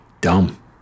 dumb